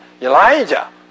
Elijah